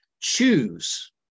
choose